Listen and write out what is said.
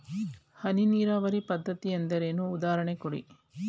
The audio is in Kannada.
ಹನಿ ನೀರಾವರಿ ಪದ್ಧತಿ ಎಂದರೇನು, ಉದಾಹರಣೆ ಕೊಡಿ?